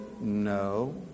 no